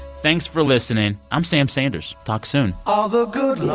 thanks for listening. i'm sam sanders. talk soon all the good love.